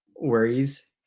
worries